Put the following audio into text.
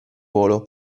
volo